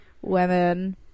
Women